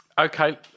Okay